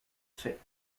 faite